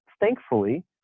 thankfully